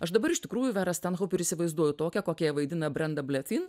aš dabar iš tikrųjų verą stenhoup ir įsivaizduoju tokią kokią ją vaidina brenda blefin